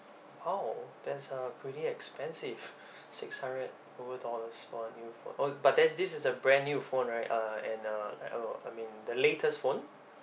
!wow! that's uh pretty expensive six hundred over dollars for a new phone uh but that's this is a brand new phone right uh and uh oh I mean the latest phone